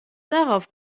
darauf